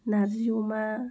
नारजि अमा